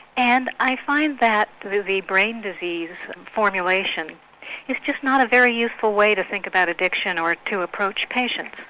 and i find that the brain disease formulation is just not a very useful way to think about addiction or to approach patients.